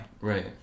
Right